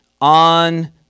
on